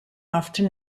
after